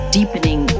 deepening